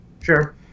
Sure